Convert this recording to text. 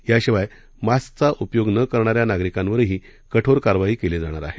याशिवाय मास्कचा उपयोग न करणाऱ्या नागरिकांवरही कठोर कारवाई केली जाणार आहे